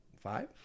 Five